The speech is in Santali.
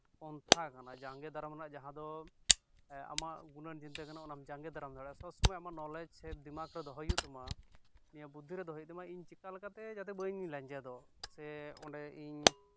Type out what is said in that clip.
ᱯᱚᱱᱛᱷᱟ ᱠᱟᱱᱟ ᱡᱟᱸᱜᱮ ᱫᱟᱨᱟᱢ ᱨᱮᱱᱟᱜ ᱡᱟᱦᱟᱸ ᱫᱚ ᱟᱢᱟᱜ ᱜᱩᱱᱟᱹᱱ ᱪᱤᱱᱛᱟᱹ ᱠᱟᱱᱟ ᱚᱱᱟᱢ ᱡᱟᱸᱜᱮᱸ ᱫᱟᱨᱟᱢ ᱫᱟᱲᱮᱭᱟᱜᱼᱟ ᱥᱚᱵ ᱥᱚᱢᱚᱭ ᱟᱢᱟᱜ ᱱᱚᱞᱮᱡ ᱥᱮ ᱫᱤᱢᱟᱜᱽ ᱨᱮ ᱫᱚᱦᱚᱭ ᱦᱩᱭᱩᱜ ᱛᱟᱢᱟ ᱱᱤᱭᱟᱹ ᱵᱩᱫᱽᱫᱷᱤ ᱨᱮ ᱫᱚᱦᱚᱭ ᱦᱩᱭᱩᱜ ᱛᱟᱢᱟ ᱪᱤᱠᱟᱹᱞᱮᱠᱟᱛᱮ ᱤᱧ ᱵᱟᱹᱧ ᱞᱮᱸᱡᱮᱫᱚᱜ ᱥᱮ ᱚᱸᱰᱮ ᱤᱧ